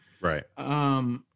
Right